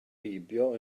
heibio